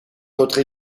notre